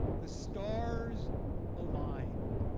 the stars aligned.